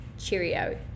cheerio